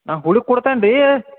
ನಾನು ಹುಡುಕಿ ಕೊಡ್ತೇನೆ ರೀ